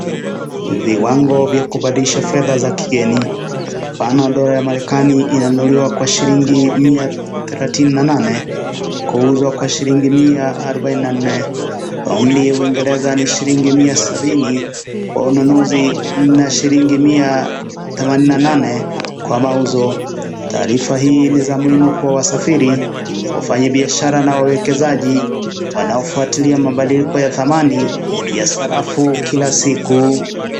Viwango vya kubadilisha fedha za kigeni ambapo dollar ya marekani inanunuliwa kwa shilingi mia thelathini na nane na kuuzwa kwa shilingi mia arobaini na nne. Paoni ya Uingereza mia sabini kwa ununuzi na shilingi mia themanini na nane kwa mauzo taarifa hii ni muhimu kwa wasafiri, wafanyabiashara na wawekezaji wanaofuatilia mabadiliko ya thamani ya sarafu kila siku.